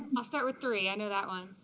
i'll start with three. i know that one.